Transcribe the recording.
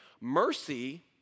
Mercy